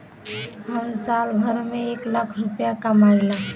हम साल भर में एक लाख रूपया कमाई ला